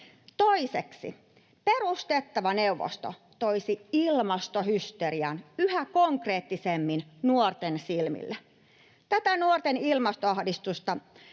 Toiseksi: perustettava neuvosto toisi ilmastohysterian yhä konkreettisemmin nuorten silmille. Tätä nuorten ilmastoahdistusta,